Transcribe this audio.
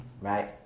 Right